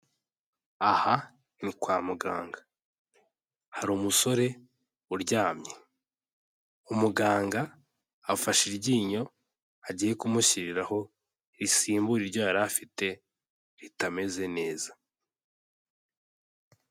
Aha ni kwa muganga. Hari umusore uryamye. Umuganga afashe iryinyo agiye kumushyiriraho risimbura iryo yari afite ritameze neza.